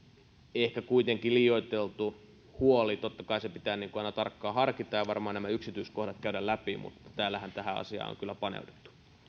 ehkä kuitenkin liioiteltu huoli totta kai se pitää aina tarkkaan harkita ja varmaan yksityiskohdat käydä läpi mutta täällähän tähän asiaan on kyllä paneuduttu